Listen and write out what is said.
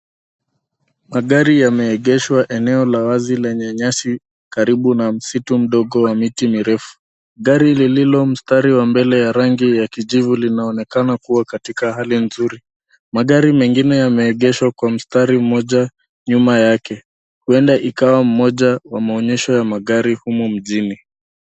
Magari yameegeshwa eneo la wazi lenye nyasi ,karibu na msitu mdogo wa miti mirefu. Gari lililo mstari wa mbele la rangi ya kijivu linaonekana kuwa katika hali nzuri. Magari mengine yameegeshwa kwa mstari mmoja nyuma yake. Huenda ikawa moja wa maonyesho ya magari humu mjini.